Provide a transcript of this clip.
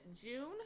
june